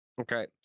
Okay